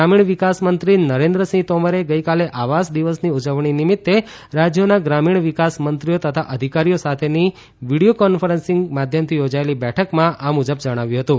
ગ્રામીણ વિકાસ મંત્રી નરેન્દ્રસિંહ તોમરે ગઇકાલે આવાસ દિવસની ઉજવણી નિમિત્તે રાજયોના ગ્રામીણ વિકાસ મંત્રીઓ તથા અધિકારીઓ સાથેની વિડીયો કોન્ફરન્સીંગ માધ્યમથી યોજાયેલી બેઠકમાં આ મુજબ જણાવ્યું હતું